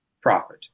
profit